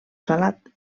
salat